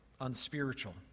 unspiritual